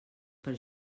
per